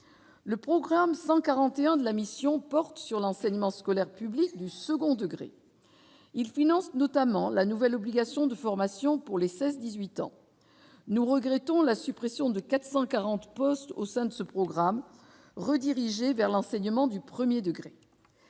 le programme 141 de la mission porte sur l'enseignement scolaire public du second degré il finance notamment la nouvelle obligation de formation pour les 16 18 ans, nous regrettons la suppression de 440 postes au sein de ce programme redirigés vers l'enseignement du 1er degré